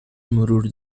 مرور